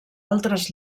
altres